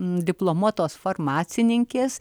diplomuotos farmacininkės